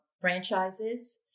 franchises